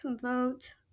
vote